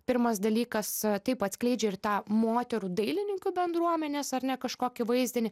pirmas dalykas taip atskleidžia ir tą moterų dailininkų bendruomenės ar ne kažkokį vaizdinį